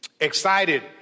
excited